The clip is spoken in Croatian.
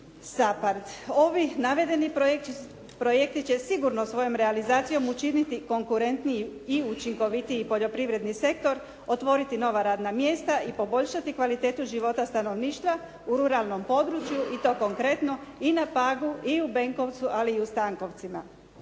SAPARD. Ovi navedeni projekti će sigurno svojom realizacijom učiniti konkurentniji i učinkovitiji poljoprivredni sektor, otvoriti nova radna mjesta i poboljšati kvalitetu života stanovništva, u ruralnom području i to konkretno i na Pagu i u Benkovcu ali i u Stankovcima.